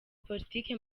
politiki